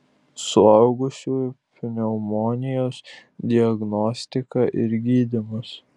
suaugusiųjų pneumonijos diagnostika ir gydymas